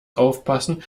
aufpassen